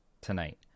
tonight